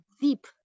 deep